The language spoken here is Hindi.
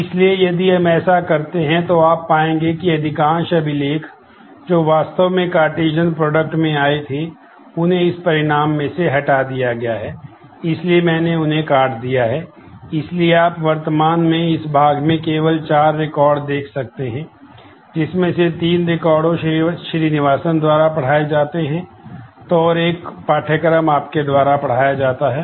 इसलिए यदि हम ऐसा करते हैं तो आप पाएंगे कि अधिकांश अभिलेख जो वास्तव में कार्टेशियन प्रोडक्ट है